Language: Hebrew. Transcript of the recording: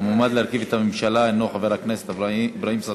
המועמד להרכיב את הממשלה הוא חבר הכנסת אברהים צרצור.